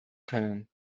können